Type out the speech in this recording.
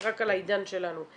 רק עד העידן שלנו,